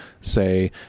say